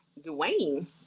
Dwayne